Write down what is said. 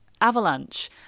Avalanche